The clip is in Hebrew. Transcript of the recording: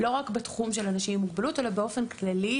לא רק בתחום של אנשים עם מוגבלות אלא באופן כללי,